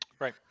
Right